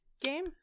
game